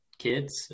Kids